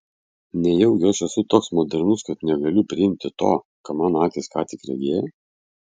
nejaugi aš esu toks modernus kad negaliu priimti to ką mano akys ką tik regėjo